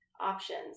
options